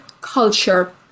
culture